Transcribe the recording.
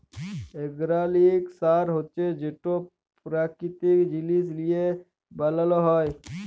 organic সার হছে যেট পেরাকিতিক জিনিস লিঁয়ে বেলাল হ্যয়